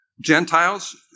Gentiles